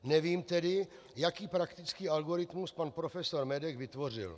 Nevím tedy, jaký praktický algoritmus pan profesor Medek vytvořil.